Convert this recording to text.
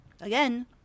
Again